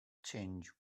tinged